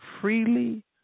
freely